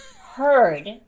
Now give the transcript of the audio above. heard